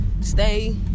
Stay